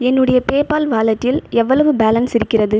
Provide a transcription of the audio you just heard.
என்னுடைய பேபால் வாலெட்டில் எவ்வளவு பேலன்ஸ் இருக்கிறது